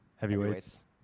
Heavyweights